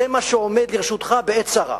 זה מה שעומד לרשותך בעת צרה.